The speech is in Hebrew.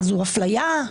זו אפליה.